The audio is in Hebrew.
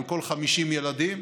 על כל 50 ילדים,